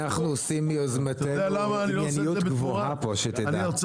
אנחנו עושים מיוזמתנו ענייניות גבוהה פה, שתדע.